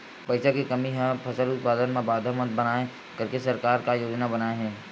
पईसा के कमी हा फसल उत्पादन मा बाधा मत बनाए करके सरकार का योजना बनाए हे?